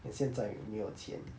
and 现在没有钱